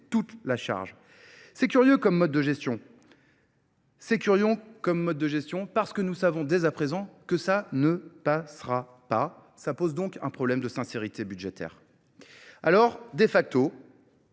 toute la charge. C'est curieux comme mode de gestion parce que nous savons dès à présent que ça ne passera pas. Ça pose donc un problème de sincérité budgétaire. Alors de facto,